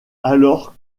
alors